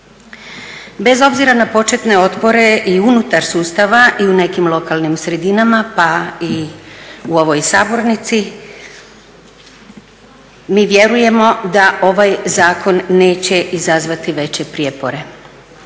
Bez obzira na početne otpore i unutar sustava i u nekim lokalnim sredinama pa i u ovoj sabornici, mi vjerujemo da ovaj zakon neće izazvati veće prijepore.